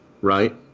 right